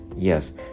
Yes